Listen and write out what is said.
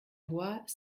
voix